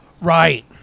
Right